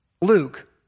Luke